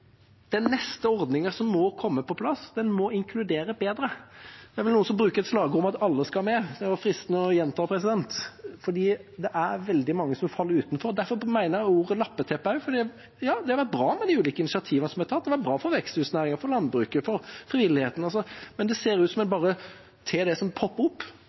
Den neste ordningen som må komme på plass, må inkludere bedre. Det er vel noen som bruker et slagord om at alle skal med. Det kunne det være fristende å gjenta, for det er veldig mange som faller utenfor. Derfor mener jeg at ordet «lappeteppe» også – ja, det har vært bra med de ulike initiativene som er tatt, det har vært bra for veksthusnæringen, for landbruket, for frivilligheten, men det ser ut som om en bare tar det som popper opp.